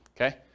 okay